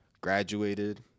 graduated